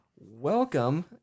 welcome